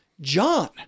John